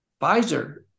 Pfizer